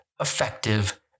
effective